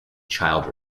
child